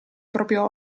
proprio